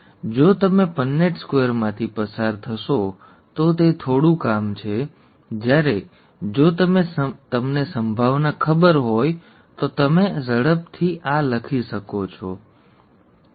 જો તમે પન્નેટ સ્ક્વેરમાંથી પસાર થશો તો તે થોડું કામ છે જ્યારે જો તમને સંભાવના ખબર હોય તો તમે ઝડપથી આ લખી શકો છો ઠીક છે